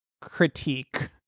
critique